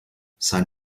sein